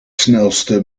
snelste